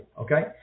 okay